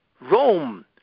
Rome